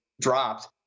dropped